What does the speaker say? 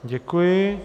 Děkuji.